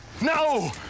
No